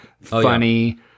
funny